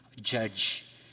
judge